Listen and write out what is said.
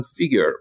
configure